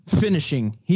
finishing